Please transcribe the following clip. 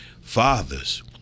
Fathers